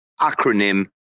acronym